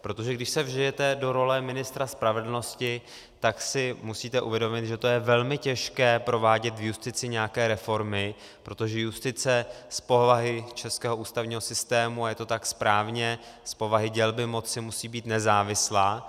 Protože když se vžijete do role ministra spravedlnosti, tak si musíte uvědomit, že to je velmi těžké provádět v justici nějaké reformy, protože justice z povahy českého ústavního systému, a je to tak správně, z povahy dělby moci, musí být nezávislá.